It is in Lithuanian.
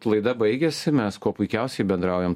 laida baigėsi mes kuo puikiausiai bendraujam